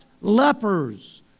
lepers